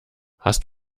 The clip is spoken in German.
hast